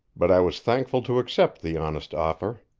but i was thankful to accept the honest offer.